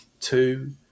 Two